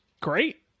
Great